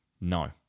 No